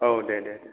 औ दे दे दे